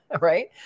right